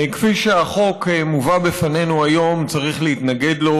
כפי שהחוק מובא בפנינו היום צריך להתנגד לו.